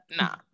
Nah